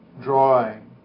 drawing